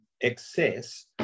excess